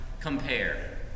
compare